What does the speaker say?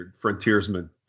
frontiersmen